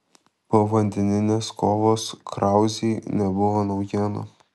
povandeninės kovos krauzei nebuvo naujiena